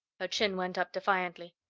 her chin went up, defiantly.